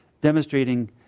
demonstrating